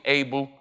able